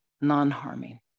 non-harming